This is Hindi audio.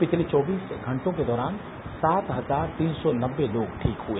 पिछले चौबीस घंटों के दौरान सात हजार तीन सौ नब्बे लोग ठीक हए